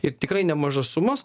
ir tikrai nemažas sumas